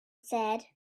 said